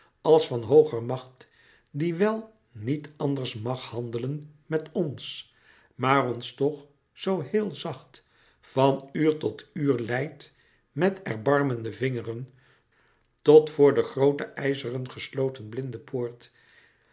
als van hooger macht die wel niet anders mag handelen met ons maar ons toch zoo heel zacht van uur tot uur leidt met erbarmende vingeren tot voor de groote ijzeren gesloten blinde poort